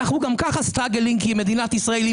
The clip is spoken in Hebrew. גם ככה אנחנו נאבקים כי מדינת ישראל היא